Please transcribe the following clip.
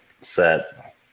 set